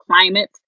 climate